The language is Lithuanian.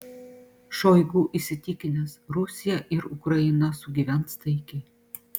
šoigu įsitikinęs rusija ir ukraina sugyvens taikiai